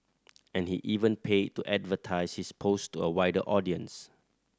and he even paid to advertise his post to a wider audience